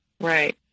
Right